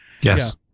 Yes